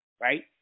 right